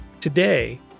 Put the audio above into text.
Today